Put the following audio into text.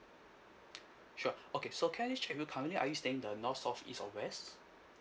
sure okay so can I just check with you currently are you staying in the north south east or west